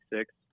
six